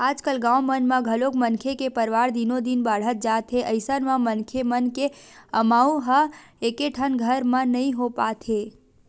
आजकाल गाँव मन म घलोक मनखे के परवार दिनो दिन बाड़हत जात हे अइसन म मनखे मन के अमाउ ह एकेठन घर म नइ हो पात हे